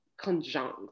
conjunct